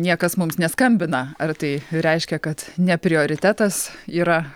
niekas mums neskambina ar tai reiškia kad ne prioritetas yra